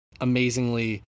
amazingly